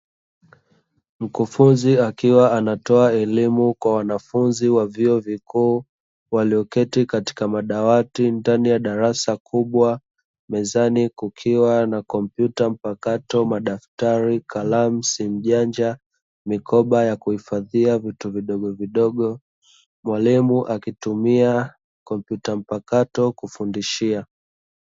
Mkufunzi, akiwa anatoa elimu kwa wanafunzi wa vyuo vikuu, walioketi katika madawati ndani ya darasa kubwa. Mezani, kukiwa na kompyuta mpakato, madaftari, kalamu, simu janja, mikoba ya kuhifadhia vitu vidogovidogo. Mwalimu akitumia kompyuta mpakato kufundishia.